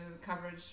coverage